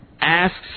asks